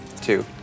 Two